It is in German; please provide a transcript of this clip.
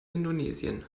indonesien